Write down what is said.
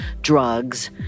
drugs